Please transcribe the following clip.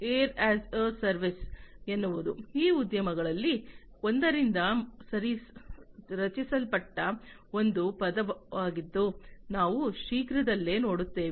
air a service ಎನ್ನುವುದು ಈ ಉದ್ಯಮಗಳಲ್ಲಿ ಒಂದರಿಂದ ರಚಿಸಲ್ಪಟ್ಟ ಒಂದು ಪದವಾಗಿದ್ದು ನಾವು ಶೀಘ್ರದಲ್ಲೇ ನೋಡುತ್ತೇವೆ